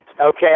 Okay